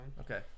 Okay